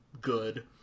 good